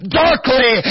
darkly